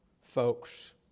folks